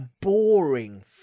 boring